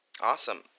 Awesome